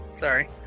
sorry